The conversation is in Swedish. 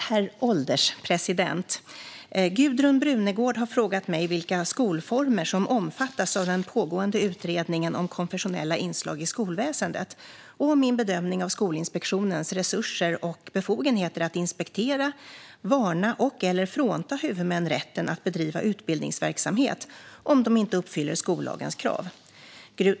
Herr ålderspresident! har frågat mig vilka skolformer som omfattas av den pågående utredningen om konfessionella inslag i skolväsendet och om min bedömning av Skolinspektionens resurser och befogenheter att inspektera, varna och/eller frånta huvudmän rätten att bedriva utbildningsverksamhet om de inte uppfyller skollagens krav.